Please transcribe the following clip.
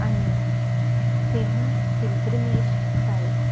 आनी famous pilgrimage site